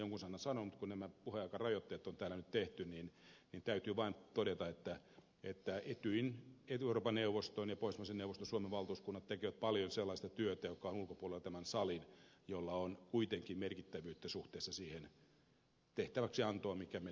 mutta kun nämä puheaikarajoitteet on täällä nyt tehty niin täytyy vain todeta että etyjin euroopan neuvoston ja pohjoismaiden neuvoston suomen valtuuskunnat tekevät paljon sellaista työtä joka on ulkopuolella tämän salin jolla on kuitenkin merkittävyyttä suhteessa siihen tehtävänantoon joka meillä kansanedustajilla on